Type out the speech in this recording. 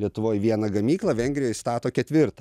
lietuvoj vieną gamyklą vengrijoj stato ketvirtą